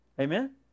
Amen